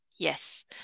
Yes